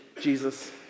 Jesus